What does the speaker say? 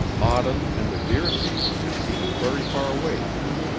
autumn and the deer season had seemed very far away then.